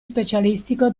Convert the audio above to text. specialistico